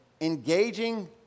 engaging